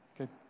Okay